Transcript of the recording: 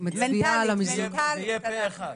הצבעה בעד, פה אחד אושר.